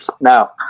Now